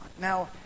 Now